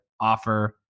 Offer